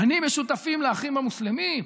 פנים משותפים לאחים המוסלמים.